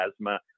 asthma